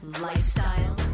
lifestyle